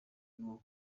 nuwo